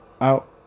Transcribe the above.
out